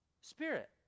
Spirit